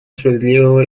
справедливого